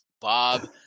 Bob